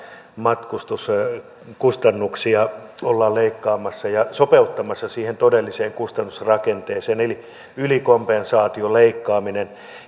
matkustuskustannuksia ollaan leikkaamassa ja sopeuttamassa siihen todelliseen kustannusrakenteeseen ylikompensaation leikkaamista